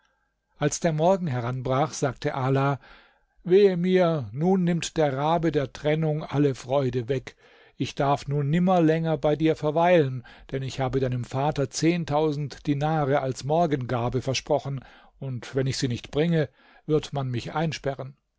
als der morgen heranbrach sagte ala wehe mir nun nimmt der rabe der trennung alle freude weg ich darf nun nimmer länger bei dir verweilen denn ich habe deinem vater zehntausend dinare als morgengabe versprochen und wenn ich sie nicht bringe wird man mich einsperren